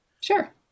Sure